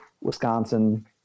Wisconsin